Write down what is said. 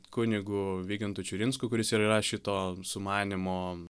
kunigu vygintu čiurinsku kuris ir yra šito sumanymo